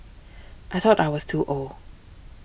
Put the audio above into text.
I thought I was too old